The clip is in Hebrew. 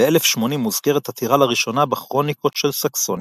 ב-1080 מוזכרת הטירה לראשונה בכרוניקות של סקסוניה.